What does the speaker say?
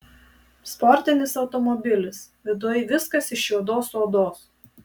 sportinis automobilis viduj viskas iš juodos odos